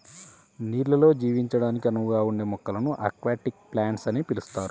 నీళ్ళల్లో జీవించడానికి అనువుగా ఉండే మొక్కలను అక్వాటిక్ ప్లాంట్స్ అని పిలుస్తారు